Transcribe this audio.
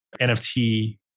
NFT